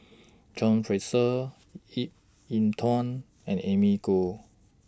John Fraser Ip Yiu Tung and Amy Khor